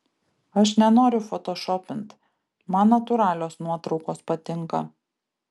aš nenoriu fotošopint man natūralios nuotraukos patinka